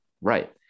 right